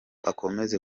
akomeze